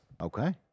Okay